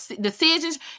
decisions